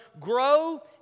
Grow